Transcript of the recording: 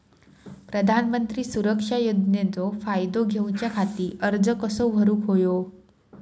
प्रधानमंत्री सुरक्षा योजनेचो फायदो घेऊच्या खाती अर्ज कसो भरुक होयो?